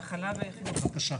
בקשה.